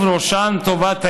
ובראשן טובת הילד,